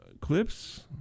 clips